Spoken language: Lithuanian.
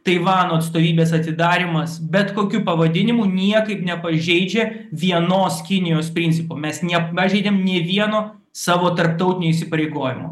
taivano atstovybės atidarymas bet kokiu pavadinimu niekaip nepažeidžia vienos kinijos principo mes nepažeidėm nė vieno savo tarptautinio įsipareigojimo